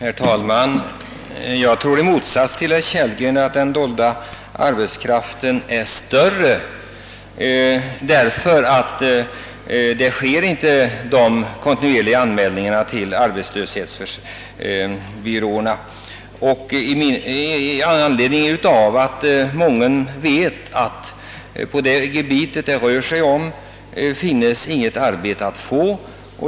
Herr talman! Jag tror i motsats till herr Kellgren att den dolda arbetslösheten är större därför att det inte görs kontinuerliga anmälningar till arbetslöshetsbyråerna, då många vet att det på deras område inte finns något arbete att få.